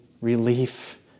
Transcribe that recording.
relief